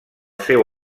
seu